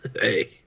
Hey